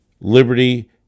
liberty